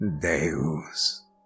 Deus